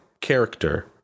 character